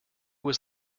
was